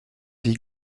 des